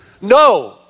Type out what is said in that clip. No